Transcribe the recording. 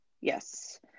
yes